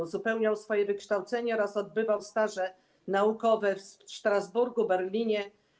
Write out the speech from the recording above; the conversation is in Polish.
Uzupełniał swoje wykształcenie oraz odbywał staże naukowe w Strasburgu i Berlinie.